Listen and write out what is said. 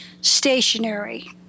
stationary